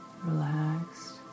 relaxed